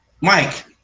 Mike